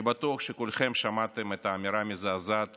אני בטוח שכולכם שמעתם את האמירה המזעזעת